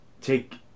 take